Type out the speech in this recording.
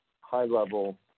high-level